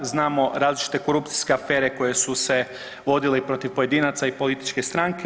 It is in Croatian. Znamo različite korupcijske afere koje su se vodile i protiv pojedinaca i političke stranke.